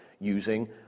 using